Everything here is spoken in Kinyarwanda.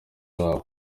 zabo